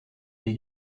des